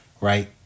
right